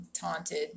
taunted